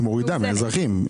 היא מורידה מהאזרחים.